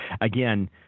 again